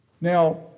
Now